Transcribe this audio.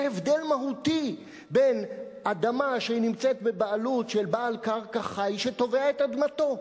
וזה הבדל מהותי מאדמה שנמצאת בבעלות של בעל קרקע חי שתובע את אדמתו.